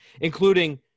including